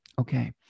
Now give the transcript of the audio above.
Okay